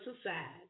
aside